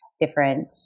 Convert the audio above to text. different